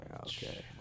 okay